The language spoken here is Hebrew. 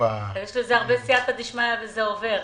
יש לזה הרבה סיעתא דשמיא וזה עובר.